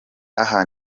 aha